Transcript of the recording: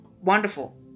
wonderful